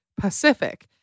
pacific